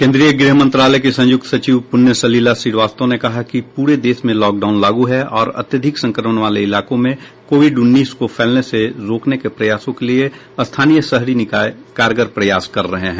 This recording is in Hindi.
केंद्रीय गृह मंत्रालय की संयुक्त सचिव पुण्य सलिला श्रीवास्तव ने कहा कि पूरे देश में लॉकडाउन लागू है और अत्यधिक संक्रमण वाले इलाकों में कोविड उन्नीस को फैलने से रोकने के प्रयासों के लिए स्थानीय शहरी निकाय कारगर प्रयास कर रहे हैं